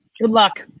good luck.